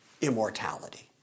immortality